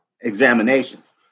examinations